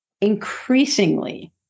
increasingly